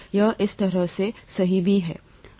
यह इस तरह से सही है अभी